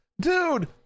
dude